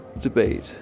debate